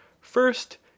First